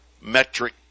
metric